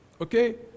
Okay